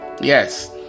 Yes